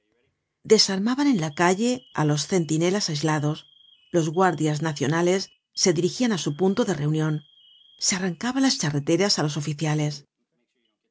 desarmaban en la calle á los centinelas aislados los guardias nacionales se dirigian á su punto de reunion se arrancaban las charreteras á los oficiales